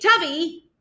Tubby